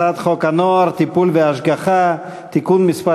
הצעת חוק הנוער (טיפול והשגחה) (תיקון מס'